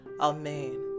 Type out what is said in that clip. Amen